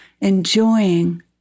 enjoying